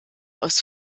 aus